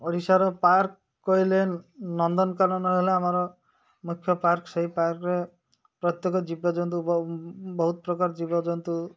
ଓଡ଼ିଶାର ପାର୍କ କହିଲେ ନନ୍ଦନକାନନ ହେଲା ଆମର ମୁଖ୍ୟ ପାର୍କ ସେଇ ପାର୍କରେ ପ୍ରତ୍ୟେକ ଜୀବଜନ୍ତୁ ବହୁତ ପ୍ରକାର ଜୀବଜନ୍ତୁ